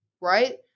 Right